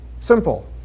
Simple